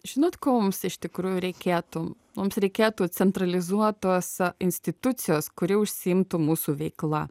žinot ko mums iš tikrųjų reikėtų mums reikėtų centralizuotos institucijos kuri užsiimtų mūsų veikla